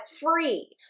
free